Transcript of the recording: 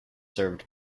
served